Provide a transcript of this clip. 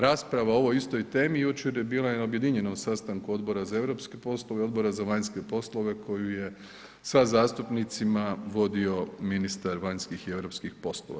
Rasprava o ovoj istoj temi jučer je bila i na objedinjeno sastanku Odbor za europske poslova i Odbora za vanjske poslove koju je sa zastupnicima vodio ministar vanjskih i europskih poslova.